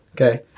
Okay